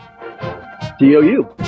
d-o-u